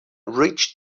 reached